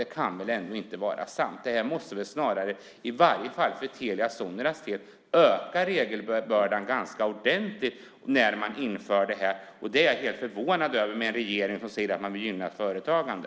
Det kan väl ändå inte vara sant? Det måste väl snarare, i varje fall för Telia Soneras del, öka regelbördan ganska ordentligt när man inför det här. Jag är helt förvånad över det, med en regering som säger att man vill gynna företagande.